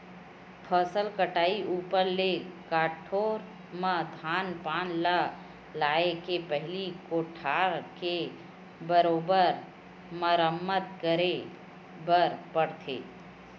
फसल कटई ऊपर ले कठोर म धान पान ल लाए के पहिली कोठार के बरोबर मरम्मत करे बर पड़थे